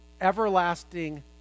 everlasting